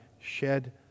shed